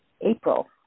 April